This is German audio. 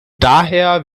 daher